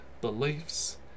beliefs